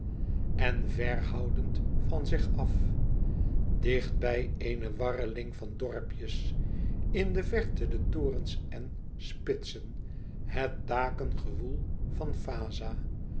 en vèr houdend van zich af dicht bij eene warreling van dorpjes in de verte de torens en spitsen het dakengewoel van vaza